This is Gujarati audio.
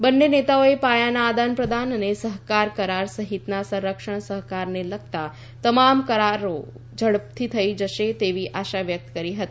બંને નેતાઓએ પાયાના આદાનપ્રદાન અને સહકાર કરાર સહિતના સંરક્ષણ સહકારને લગતા તમામ કરારો ઝડપથી થઈ જશે તેવી આશા વ્યક્ત કરી હતી